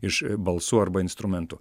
iš balsų arba instrumentų